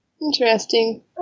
interesting